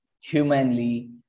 humanly